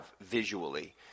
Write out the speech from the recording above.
visually